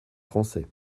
français